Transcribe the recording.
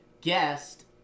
guest